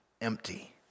empty